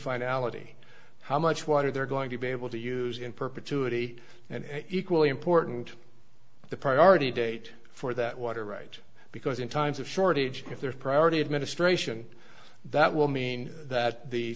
finality how much water they're going to be able to use in perpetuity and equally important the priority date for that water right because in times of shortage if there's a priority administration that will mean that the